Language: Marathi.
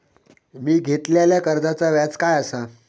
मी घेतलाल्या कर्जाचा व्याज काय आसा?